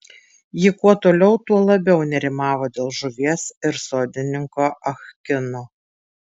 ji kuo toliau tuo labiau nerimavo dėl žuvies ir sodininko ah kino